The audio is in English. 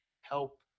help